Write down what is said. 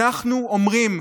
אנחנו אומרים,